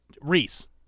Reese